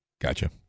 Gotcha